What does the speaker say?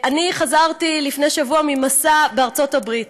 חזרתי לפני שבוע ממסע בארצות הברית,